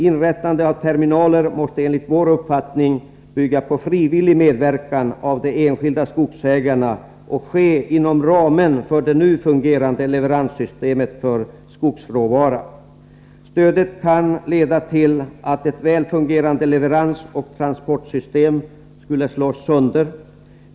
Inrättande av terminaler måste enligt vår uppfattning bygga på frivillig medverkan av de enskilda skogsägarna och ske inom ramen för det nu fungerande leveranssystemet för skogsråvara. Stödet kan leda till att ett väl fungerande leveransoch transportsystem slås sönder.